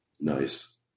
Nice